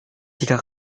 jika